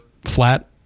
flat